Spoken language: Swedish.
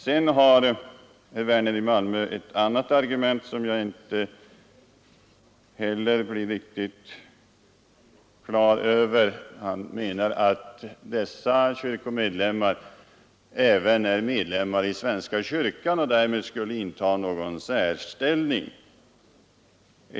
Sedan har herr Werner i Malmö ett annat argument, som jag inte blir riktigt klar över. Han menar att dessa kyrkomedlemmar även är medlemmar i svenska kyrkan och därmed skulle inta någon särställning.